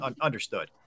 understood